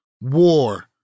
War